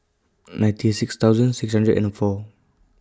ninety six thousand six hundred and four